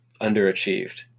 underachieved